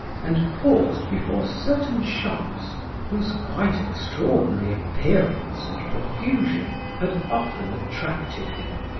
and paused before certain shops whose quite extraordinary appearance and profusion had often attracted him.